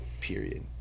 period